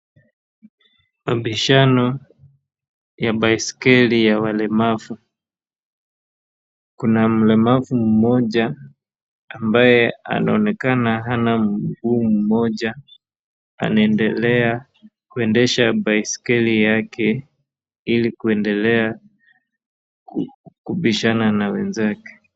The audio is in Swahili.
Mabishano ya baiskeli ya walemavu. Kuna mlemavu mmoja ambaye anaonekana hana mguu mmoja,,anaendelea kuendesha baiskeli yake, ili kuendelea, kubishana na wenzake.